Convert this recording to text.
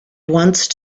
once